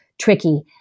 tricky